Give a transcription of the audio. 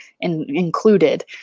included